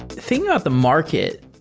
thing about the market,